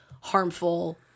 harmful